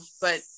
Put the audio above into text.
but-